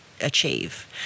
achieve